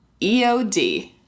EOD